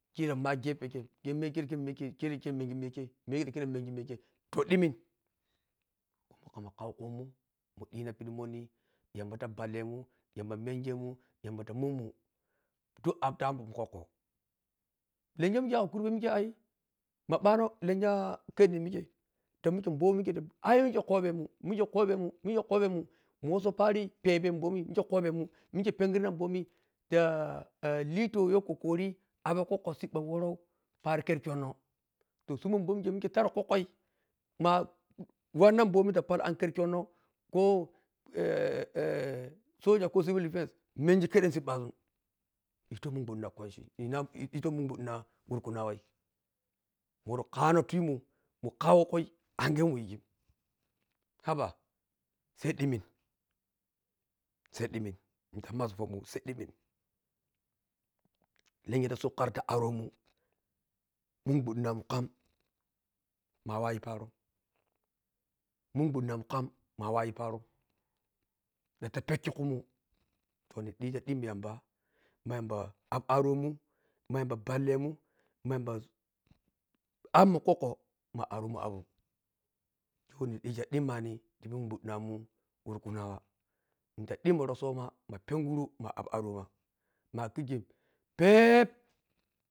Kilam ma gepe kei, kei miya kei kir mikeker mengi miya kei miya kei ta kero mengi miya kei miya kei to ɗinin mamu kaukumun mu ɗina pidi monni yamba ta ɓalle mum yamba mengemun yamba ta mhmmu duk ta abmun kokko lenya who mike kam kurbe mike ai ma bano lenya khenni mikei ta mike mɓomi mike ta ai mike kobemun, mike kobemun mike kobemum, mike pengirna mbomi ta lito yo kokkori yo kokko siɓɓa perou pari kher-kyonn to suma mɓom, kei mike taro kokkoi ma wannan mbomi ta poɗi ankher-kyonno ko soja ko civil defence mengi keden siɓɓazun ɗhiton minguddi na wurkunawai woro kanou timu, mu kawokhui ange whe muyigin haba sai ɗinin sai dinin muta waz pomun sai dinin lemya ta sop khira ti aromun minguɗɗinamun kap ma wawalyi paron, minguɗɗinamum kam mawayi peron ɗanta pekki kumun mamun digi dimmi yamba ma yamba aparomum, ma yamba nallemun ma yamba abmun minguddina mun wurkunawa nuda di mmi rossoma ma penguru ma ap aroma ma kikken pep.